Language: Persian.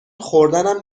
خوردنم